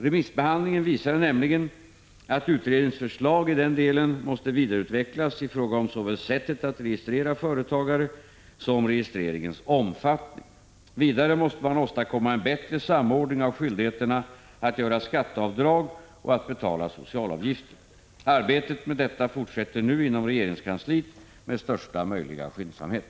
Remissbehandlingen visade nämligen att utredningens förslag i denna del måste vidareutvecklas i fråga om såväl sättet att registrera företagare som registreringens omfattning. Vidare måste man åstadkomma en bättre samordning av skyldigheterna att göra skatteavdrag och att betala socialavgifter. Arbetet med detta fortsätter nu inom regeringskansliet med största möjliga skyndsamhet.